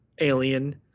alien